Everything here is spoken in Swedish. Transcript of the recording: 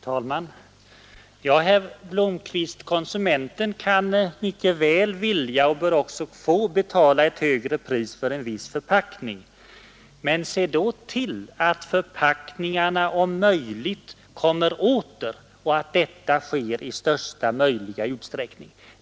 Herr talman! Det är rätt, herr Blomkvist, att konsumenten mycket väl kan vilja och också bör få betala ett högre pris för en viss förpackning. Men se då till att förpackningarna om möjligt kommer åter och att detta sker i största möjliga utsträckning!